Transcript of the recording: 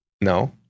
No